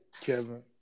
Kevin